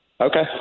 Okay